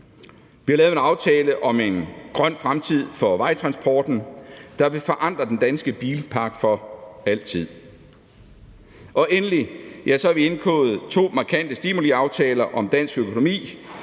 Vi har lavet en aftale om en grøn fremtid for vejtransporten, der vil forandre den danske bilpark for altid. Endelig har vi indgået to markante stimuliaftaler om dansk økonomi,